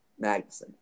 Magnuson